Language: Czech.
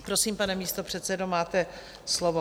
Prosím, pane místopředsedo, máte slovo.